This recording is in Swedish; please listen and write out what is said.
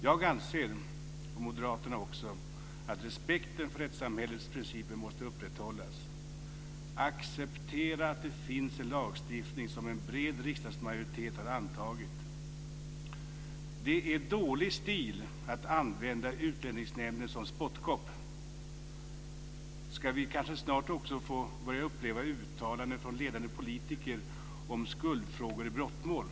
Jag och Moderaterna anser att respekten för rättssamhällets principer måste upprätthållas. Acceptera att det finns en lagstiftning som en bred riksdagsmajoritet har antagit. Det är dålig stil att använda Utlänningsnämnden som spottkopp. Ska vi kanske snart få börja uppleva uttalanden från ledande politiker om skuldfrågor i brottmål?